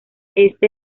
este